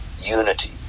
unity